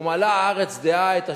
ומלאה הארץ דעה את ה'